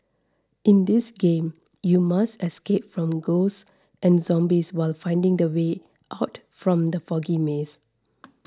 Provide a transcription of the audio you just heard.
in this game you must escape from ghosts and zombies while finding the way out from the foggy maze